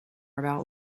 about